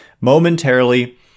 momentarily